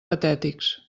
patètics